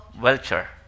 Welcher